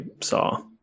saw